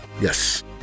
Yes